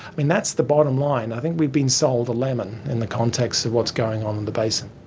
i mean, that's the bottom line, i think we've been sold a lemon in the context of what's going on in the basin.